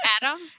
Adam